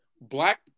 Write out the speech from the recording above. Black